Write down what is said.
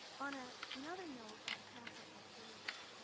on ah another note of council of deans,